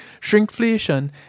Shrinkflation